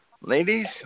Ladies